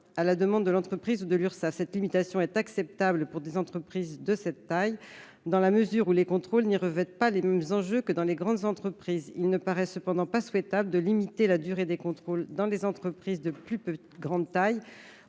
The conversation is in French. à la demande de l'entreprise ou de l'Urssaf. Cette limitation est acceptable pour des entreprises de cette taille, dans la mesure où les contrôles n'y revêtent pas les mêmes enjeux que dans les grandes entreprises. Il ne paraît pas souhaitable de limiter la durée des contrôles dans les entreprises de plus grande taille,